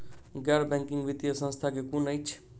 गैर बैंकिंग वित्तीय संस्था केँ कुन अछि?